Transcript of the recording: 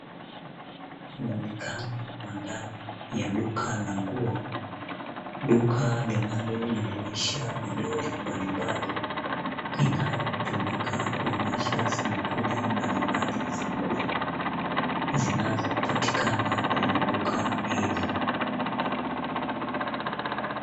Muonekano wa ndani ya duka la nguo, duka linalojumuisha midoli mbalimbali inayotumika kuonyesha sampuli mbalimbali za nguo zinazopatikana kwenye duka hilo.